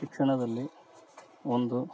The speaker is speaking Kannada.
ಶಿಕ್ಷಣದಲ್ಲಿ ಒಂದು